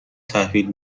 تحویل